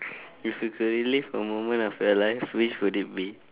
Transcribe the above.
if you could relive a moment of your life which would it be